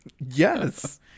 Yes